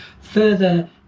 further